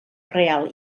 real